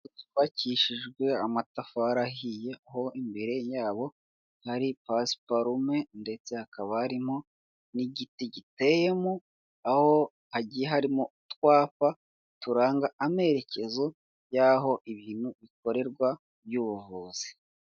Yubakishijwe amatafari ahiye aho imbere yabo hari pasiparume ndetse hakaba harimo n'igiti giteyemo, aho hagiye harimo utwapa turanga amerekezo y'aho ibintu bikorerwa by'ubuvuzi.